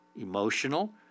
emotional